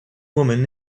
woman